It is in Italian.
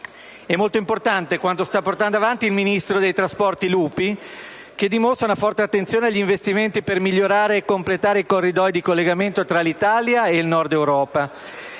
È molto importante quanto sta portando avanti il ministro dei trasporti Lupi, che dimostra una forte attenzione agli investimenti per migliorare e completare i corridoi di collegamento tra l'Italia e il Nord-Europa.